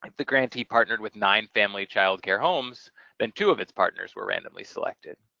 the grantee partnered with nine family child care homes then two of its partners were randomly selected.